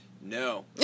No